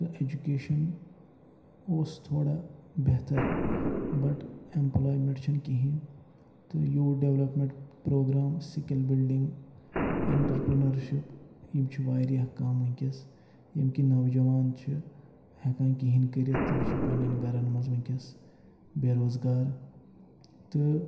تہٕ اٮ۪جوکیشَن اوس تھوڑا بہتر بَٹ اٮ۪مپلایمٮ۪نٛٹ چھَنہٕ کِہیٖنۍ تہٕ youth development programme skill building entrepreneurship یِم چھِ وارِیاہ کَم وٕنکٮ۪س ییٚمکہِ نوجوان چھِ ہٮ۪کان کِہیٖنۍ کٔرِتھ تٔمِس چھِ پنٛنٮ۪ن گَرَن منٛز وٕنکٮ۪س بے روزگار تہٕ